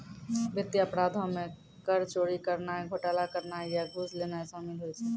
वित्तीय अपराधो मे कर चोरी करनाय, घोटाला करनाय या घूस लेनाय शामिल होय छै